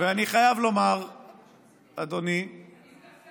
ואני חייב לומר, אדוני, אני מנסה